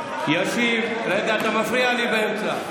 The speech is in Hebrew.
ישיב, רגע, אתה מפריע לי באמצע.